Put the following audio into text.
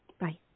Bye